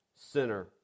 sinner